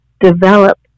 develop